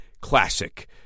classic